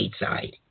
Stateside